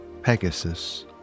Pegasus